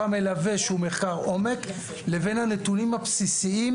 המלווה שהוא מחקר עומק לבין הנתונים הבסיסיים,